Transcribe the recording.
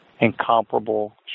incomparable